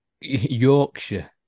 Yorkshire